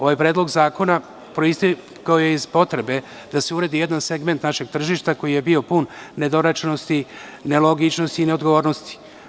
Ovaj predlog zakona proistekao je iz potrebe da se uredi jedan segment našeg tržišta koji je bio pun nedorečenosti, nelogičnosti i neodgovornosti.